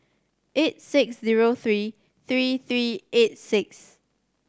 eight six zero three three three eight six